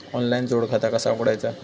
Online जोड खाता कसा उघडायचा?